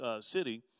city